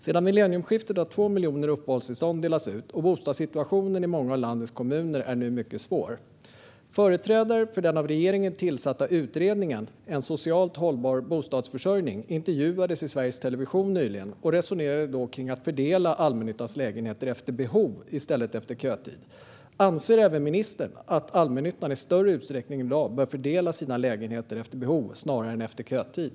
Sedan millennieskiftet har 2 miljoner uppehållstillstånd delats ut, och bostadssituationen i många av landets kommuner är nu mycket svår. Företrädare för den av regeringen tillsatta utredningen om en socialt hållbar bostadsförsörjning intervjuades nyligen i Sveriges Television och resonerade då kring att fördela allmännyttans lägenheter efter behov i stället för efter kötid. Anser även ministern att allmännyttan i större utsträckning än i dag bör fördela sina lägenheter efter behov snarare än efter kötid?